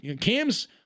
Cam's